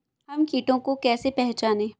हम कीटों को कैसे पहचाने?